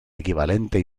equivalente